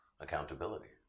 accountability